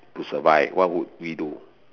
to survive what would we do